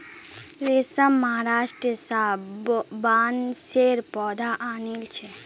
रमेश महाराष्ट्र स बांसेर पौधा आनिल छ